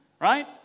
Right